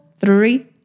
three